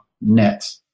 net